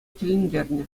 тӗлӗнтернӗ